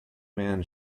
man